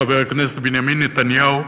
חבר הכנסת בנימין נתניהו,